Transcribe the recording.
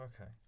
okay